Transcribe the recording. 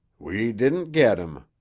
we didn't get him,